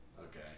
Okay